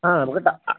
ആ നമുക്ക്